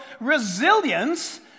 resilience